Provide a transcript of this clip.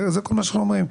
זה כל מה שאנחנו אומרים,